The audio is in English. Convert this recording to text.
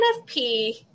NFP